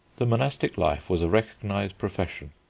the monastic life was a recognised profession.